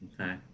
Okay